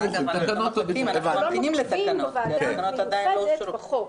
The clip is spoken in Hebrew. אנחנו לא מחייבים בוועדה המיוחדת בחוק,